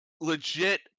legit